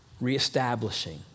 reestablishing